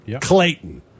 Clayton